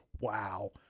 Wow